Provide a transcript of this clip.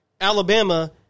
Alabama